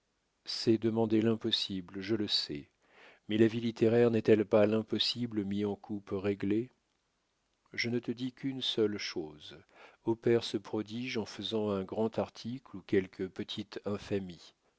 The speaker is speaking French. c'est demander l'impossible je le sais mais la vie littéraire n'est-elle pas l'impossible mis en coupe réglée je ne te dis qu'une seule chose opère ce prodige en faisant un grand article ou quelque petite infamie